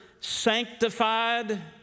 sanctified